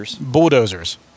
bulldozers